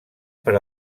per